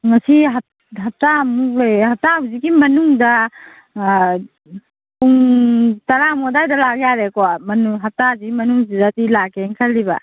ꯉꯁꯤ ꯍꯞꯇꯥꯃꯨꯛ ꯂꯩꯔ ꯍꯞꯇꯥ ꯍꯧꯖꯤꯛꯀꯤ ꯃꯅꯨꯡꯗ ꯄꯨꯡ ꯇꯔꯥꯃꯨꯛ ꯑꯗꯥꯏꯗ ꯂꯥꯛ ꯌꯥꯔꯦꯀꯣ ꯍꯞꯇꯥꯁꯤ ꯃꯅꯨꯡꯁꯤꯗꯗꯤ ꯂꯥꯛꯀꯦꯅ ꯈꯜꯂꯤꯕ